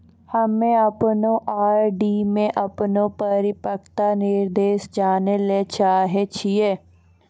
हम्मे अपनो आर.डी मे अपनो परिपक्वता निर्देश जानै ले चाहै छियै